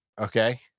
Okay